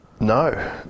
No